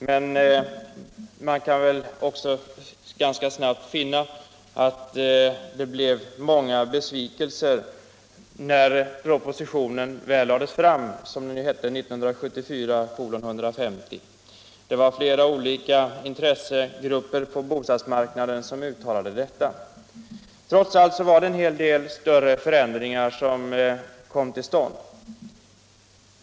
Besvikelserna blev emellertid många när propositionen 1974:150 lades fram — flera olika intressegrupper på bostadsmarknaden gav uttryck för detta. Trots allt kom en del större ändringar till stånd.